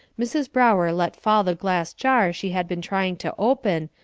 mrs. brower let fall the glass jar she had been trying to open,